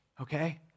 Okay